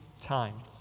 times